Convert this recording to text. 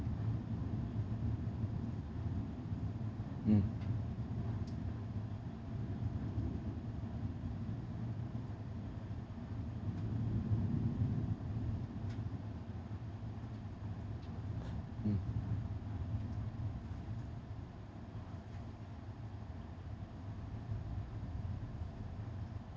mm mm